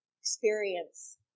Experience